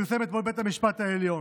הפלא ופלא.